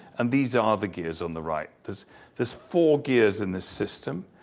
and these are the gears on the right. there's there's four gears in the system.